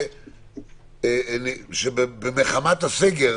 עובד שבסגר